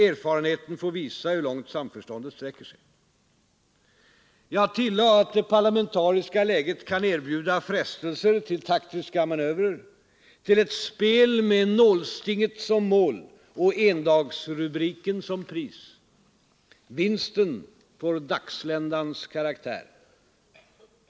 Erfarenheten får visa hur långt samförståndet sträcker sig.” Jag tillade att ”det parlamentariska läget kan erbjuda frestelser till taktiska manövrer, till ett spel med nålstinget som mål och endagsrubriken som pris. Vinsten får dagsländans karaktär.